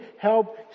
help